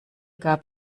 gab